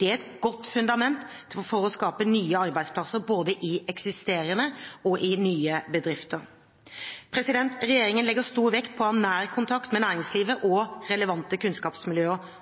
Det er et godt fundament for å skape nye arbeidsplasser både i eksisterende og i nye bedrifter. Regjeringen legger stor vekt på å ha nær kontakt med næringslivet og relevante kunnskapsmiljøer